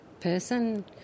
person